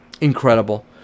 Incredible